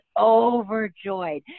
overjoyed